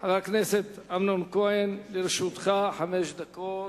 חבר הכנסת אמנון כהן, לרשותך חמש דקות.